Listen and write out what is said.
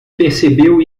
percebeu